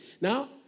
Now